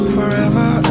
Forever